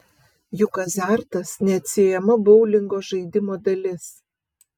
juk azartas neatsiejama boulingo žaidimo dalis